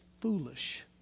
foolish